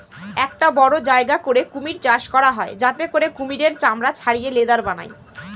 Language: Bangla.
একটা বড়ো জায়গা করে কুমির চাষ করা হয় যাতে করে কুমিরের চামড়া ছাড়িয়ে লেদার বানায়